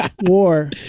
war